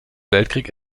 weltkrieg